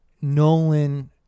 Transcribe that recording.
Nolan